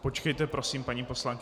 Počkejte prosím, paní poslankyně.